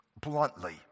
bluntly